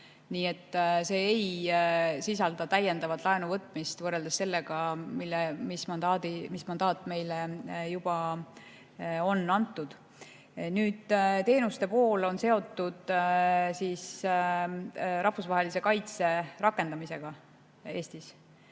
Nii et see ei sisalda täiendavat laenu võtmist võrreldes sellega, mis mandaat meile juba on antud. Nüüd, teenuste pool on seotud rahvusvahelise kaitse rakendamisega Eestis.